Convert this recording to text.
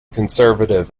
conservative